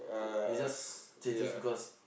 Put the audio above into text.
they just tattoos because